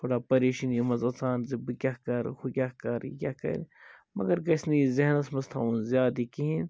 تھوڑا پریشٲنی مَنٛز اَژان زِ بہٕ کیٛاہ کَرٕ ہُہ کیٛاہ کَرٕ یہِ کیٛاہ کَرِ مگر گَژھہِ نہٕ یہِ ذہنَس مَنٛز تھاوُن زیاد یہِ کِہیٖنۍ